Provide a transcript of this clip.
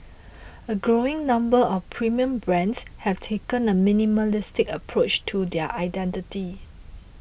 a growing number of premium brands have taken a minimalist approach to their identity